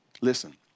Listen